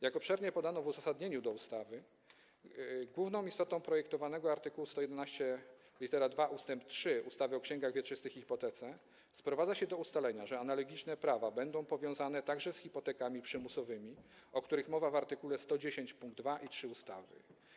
Jak obszernie podano w uzasadnieniu ustawy, główna istota projektowanego art. 111 ust. 3 ustawy o księgach wieczystych i hipotece sprowadza się do ustalenia, że analogiczne prawa będą powiązane także z hipotekami przymusowymi, o których mowa w art. 110 pkt 2 i 3 ustawy.